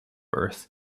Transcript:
earth